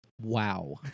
Wow